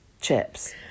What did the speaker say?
chips